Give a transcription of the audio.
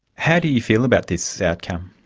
how do you feel about this outcome?